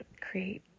create